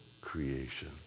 creation